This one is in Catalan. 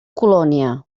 colònia